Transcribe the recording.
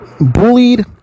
bullied